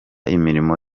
imirimo